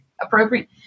appropriate